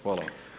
Hvala.